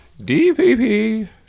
DPP